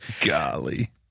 golly